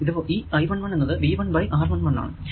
ഈ I1 1 എന്നത് V 1 by R 11 ആണ്